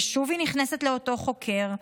ושוב היא נכנסת לאותו חוקר,